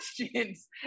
questions